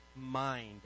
mind